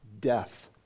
death